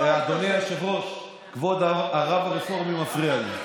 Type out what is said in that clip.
אדוני היושב-ראש, כבוד הרב הרפורמי מפריע לי.